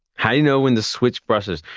how do you know when to switch brushes?